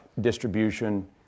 distribution